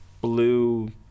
blue